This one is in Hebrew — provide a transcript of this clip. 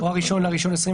או 1 בינואר 2023,